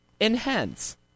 enhance